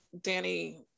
danny